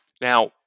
now